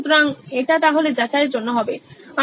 সুতরাং এটা তাহলে যাচাইয়ের জন্য হবে